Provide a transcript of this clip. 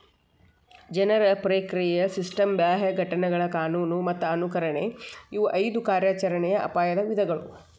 ಜನರ ಪ್ರಕ್ರಿಯೆಯ ಸಿಸ್ಟಮ್ ಬಾಹ್ಯ ಘಟನೆಗಳ ಕಾನೂನು ಮತ್ತ ಅನುಸರಣೆ ಇವು ಐದು ಕಾರ್ಯಾಚರಣೆಯ ಅಪಾಯದ ವಿಧಗಳು